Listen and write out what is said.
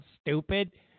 stupid